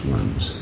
ones